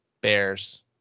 bears